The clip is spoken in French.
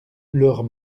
leurs